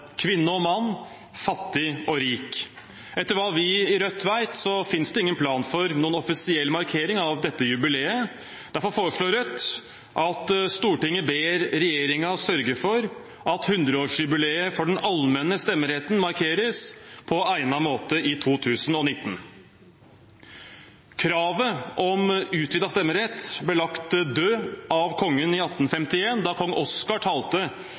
kvinne og mann, fattig og rik. Etter hva vi i Rødt vet, finnes det ingen plan for noen offisiell markering av dette jubileet. Derfor foreslår Rødt at Stortinget ber regjeringen sørge for at 100-årsjubileet for den allmenne stemmeretten markeres på egnet måte i 2019. Kravet om utvidet stemmerett ble lagt dødt av kongen i 1851, da kong Oscar talte